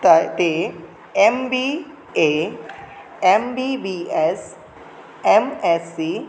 त ते M B A B B S M S C